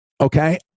okay